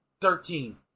Thirteen